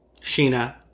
Sheena